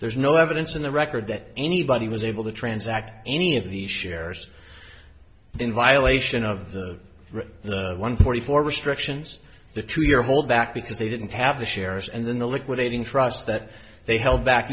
there's no evidence in the record that anybody was able to transact any of the shares in violation of the one forty four restrictions the two year hold back because they didn't have the shares and then the liquidating trust that they held back